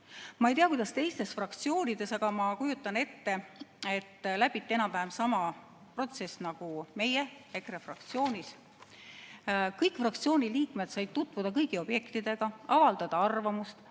Ma ei tea, kuidas teistes fraktsioonides, aga ma kujutan ette, et neiski läbiti enam-vähem samasugune protsess nagu meie EKRE fraktsioonis. Kõik fraktsiooni liikmed said tutvuda kõigi objektidega, avaldada arvamust,